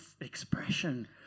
expression